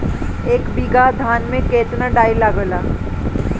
एक बीगहा धान में केतना डाई लागेला?